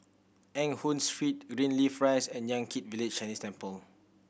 Eng Hoon Street Greenleaf Rise and Yan Kit Village Chinese Temple